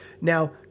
Now